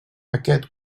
aquest